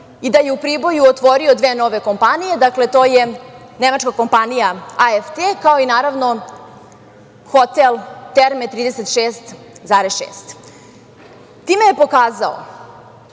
i da je u Priboju otvorio dve nove kompanije, nemačka kompanija AFT, kao i hotel "Terme 36,6". Time je pokazao